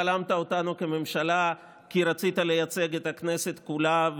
בלמת אותנו כממשלה כי רצית לייצג את הכנסת כולה,